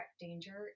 danger